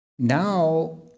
Now